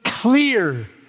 Clear